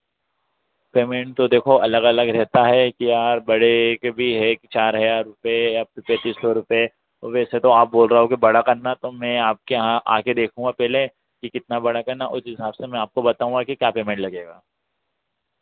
payment तो देखो अलग अलग रहता है कि यार बड़े के भी एक चार हज़ार रुपए तैंतीस सौ रुपए और वैसे तो आप बोल रहे हो कि बड़ा करना है तो मैं आपके यहाँ आके देखूँगा पहले कि कितना बड़ा करना है उस हिसाब से मैं आपको बताऊँगा कि क्या पेमेंट लगेगा